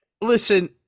listen